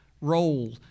role